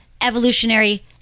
evolutionary